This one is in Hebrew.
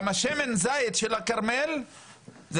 גם השמן זית של הכרמל זה